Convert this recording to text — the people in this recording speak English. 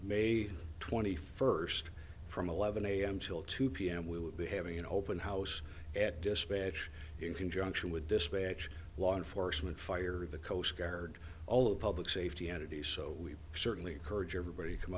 may twenty first from eleven a m till two p m we would be having an open house at dispatch in conjunction with dispatch law enforcement fire the coast guard all the public safety entities so we certainly encourage everybody come